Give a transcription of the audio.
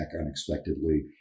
unexpectedly